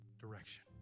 direction